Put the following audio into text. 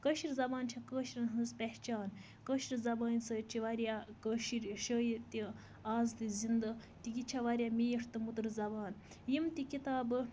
کٲشِر زَبان چھےٚ کٲشرین ہنز پہچان کٲشرِ زَبٲنۍ سۭتۍ چھِ واریاہ کٲشِر شٲعر تہِ آز تہِ زِندٕ تہٕ یہِ چھےٚ واریاہ میٖٹھ تہٕ مٔدٕر زَبان یِم تہِ کِتابہٕ